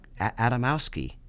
Adamowski